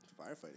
firefighting